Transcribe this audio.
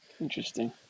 Interesting